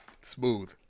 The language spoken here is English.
Smooth